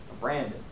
Brandon